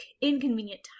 inconvenient